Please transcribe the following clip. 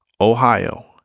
Ohio